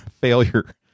failure